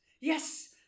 Yes